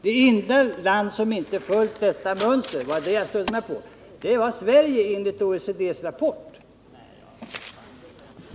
Det enda land som inte följde det mönstret, enligt OECD:s rapport, var Sverige. Det var den uppgiften jag stödde mig på.